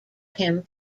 him